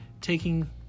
taking